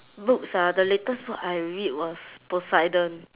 books ah the latest book I read was poseidon